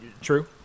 true